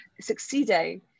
succeeding